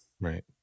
right